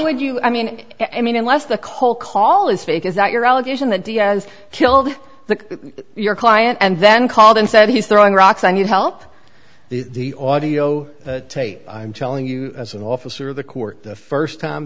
would you i mean and i mean unless the cold call is fake is that your allegation that diaz killed your client and then called and said he's throwing rocks i need help the audio tape i'm telling you as an officer of the court the first time